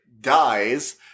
dies